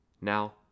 Now